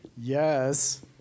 Yes